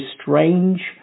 strange